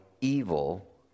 evil